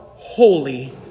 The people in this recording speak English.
Holy